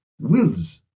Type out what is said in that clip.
wills